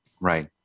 Right